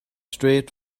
straight